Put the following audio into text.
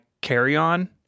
carry-on